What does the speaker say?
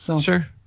Sure